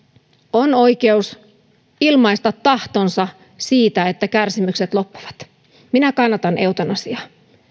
on oikeus ilmaista tahtonsa siitä että kärsimykset loppuvat minä kannatan eutanasiaa